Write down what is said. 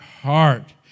heart